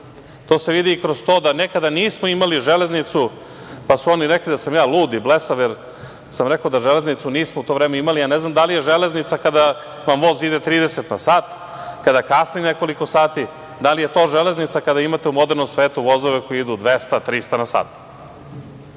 12.To se vidi i kroz to da nekada nismo imali železnicu, pa su oni rekli da sam ja lud i blesav, jer sam rekao da železnicu nismo u to vreme imali. Ja ne znam da li železnica kada vam voz ide 30 na sat, kada kasni nekoliko sati? Da li je to železnica kada imate u modernom svetu vozove koji idu 200-300 na sat?